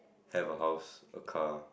have a house a car